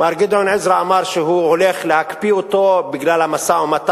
מר גדעון עזרא אמר שהוא הולך להקפיא אותו בגלל המשא-ומתן.